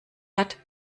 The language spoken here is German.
hat